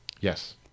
Yes